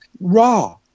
raw